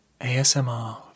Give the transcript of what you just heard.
ASMR